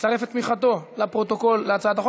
את הצעת חוק